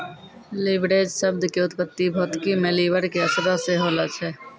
leverage शब्द के उत्पत्ति भौतिकी मे लिवर के असरो से होलो छै